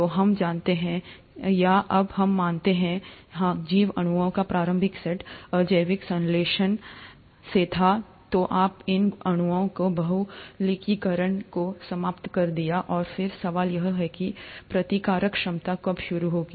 तो हम जानते हैं या अब हम मानते हैं कि हाँ जैविक अणुओं का प्रारंभिक सेट अजैविक संश्लेषण से था तो आपने इन अणुओं के बहुलकीकरण को समाप्त कर दिया और फिर सवाल यह है कि प्रतिकारक क्षमता कब शुरू होगी